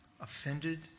offended